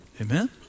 Amen